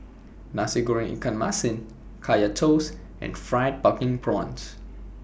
Nasi Goreng Ikan Masin Kaya Toast and Fried Pumpkin Prawns